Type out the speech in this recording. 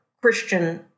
Christian